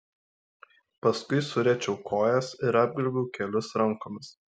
paskui suriečiau kojas ir apglėbiau kelius rankomis